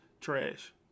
Trash